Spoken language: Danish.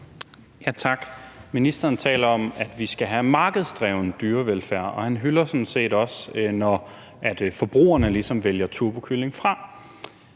Tak. Ministeren taler om, at vi skal have markedsdreven dyrevelfærd, og han hylder sådan set også, at forbrugerne ligesom vælger turbokyllinger fra.